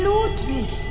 Ludwig